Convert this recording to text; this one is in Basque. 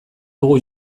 dugu